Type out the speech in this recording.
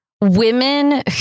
women